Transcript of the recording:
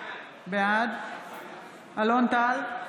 בעד אלון טל,